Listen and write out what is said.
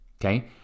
okay